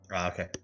okay